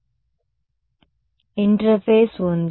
విద్యార్థి కాబట్టి ఇంటర్ఫేస్ ఉంది